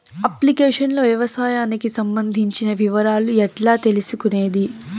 Application లో వ్యవసాయానికి సంబంధించిన వివరాలు ఎట్లా తెలుసుకొనేది?